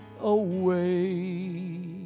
away